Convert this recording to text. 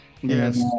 Yes